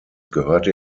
gehörte